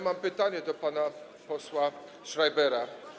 Mam pytanie do pana posła Schreibera.